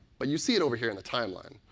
but you see it over here in the timeline.